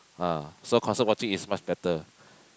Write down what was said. ah so concert watching is much better